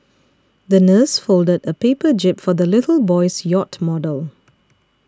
the nurse folded a paper jib for the little boy's yacht model